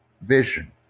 vision